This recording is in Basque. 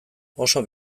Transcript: oso